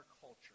culture